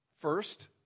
First